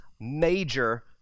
major